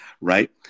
right